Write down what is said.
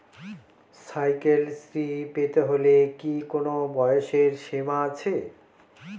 Cycle Shri পেতে হলে কি কোনো বয়সের সীমা আছে?